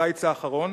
בקיץ האחרון,